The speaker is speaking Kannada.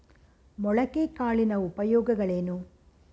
ಮೊಳಕೆ ಕಾಳಿನ ಉಪಯೋಗಗಳೇನು?